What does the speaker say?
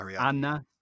Anna